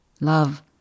love